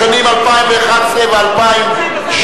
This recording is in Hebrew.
לשנים 2011 ו-2012,